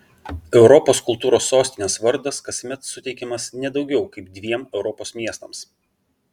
europos kultūros sostinės vardas kasmet suteikiamas ne daugiau kaip dviem europos miestams